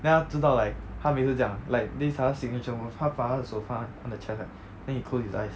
then 他知道 like 他每次这样 like this 他的 signature move 他把他的手放在他的 chest 这样 then he close his eyes